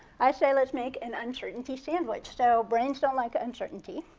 i say let's make an uncertainty sandwich. so brainstorm like uncertainty.